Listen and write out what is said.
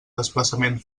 desplaçament